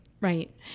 Right